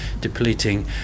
depleting